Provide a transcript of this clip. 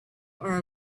our